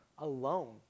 Alone